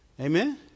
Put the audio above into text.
Amen